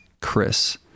Chris